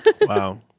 Wow